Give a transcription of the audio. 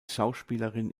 schauspielerin